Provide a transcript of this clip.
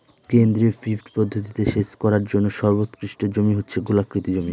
কেন্দ্রীয় পিভট পদ্ধতিতে সেচ করার জন্য সর্বোৎকৃষ্ট জমি হচ্ছে গোলাকৃতি জমি